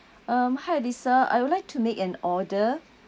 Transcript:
um hi lisa I would like to make an order